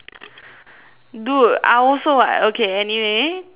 dude I also [what] okay anyway thought provoking